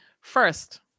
First